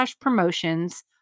promotions